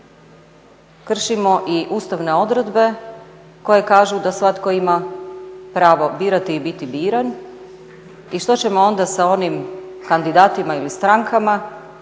kršimo i ustavne odredbe koje kažu da svatko ima pravo birati i biti biran i što ćemo onda sa onim kandidatima ili strankama